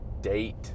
date